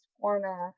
corner